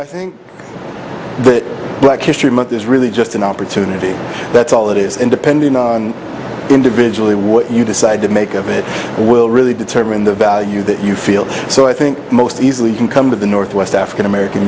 i think that black history month this really just an opportunity that's all that is independent individually what you decide to make of it will really determine the value that you feel so i think most easily can come to the northwest african american